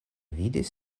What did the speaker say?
vidis